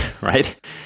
right